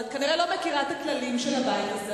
ואת כנראה לא מכירה עדיין את הכללים של הבית הזה,